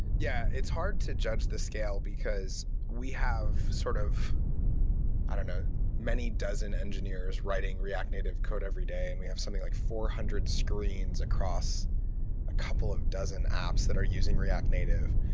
yeah, it's hard to judge the scale, because we have sort of i don't know many dozen engineers writing react native code every day, and we have something like four hundred screens across a couple of dozen apps that are using react native.